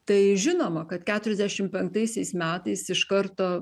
tai žinoma kad keturiasdešim penktaisiais metais iš karto